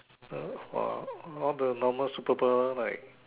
uh !wow! all the normal super power like